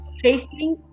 chasing